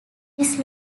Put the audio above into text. his